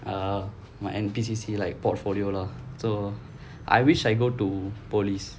err my N_P_C_C like portfolio lah so I wish I go to police